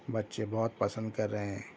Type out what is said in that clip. بچے بہت پسند کر رہے ہیں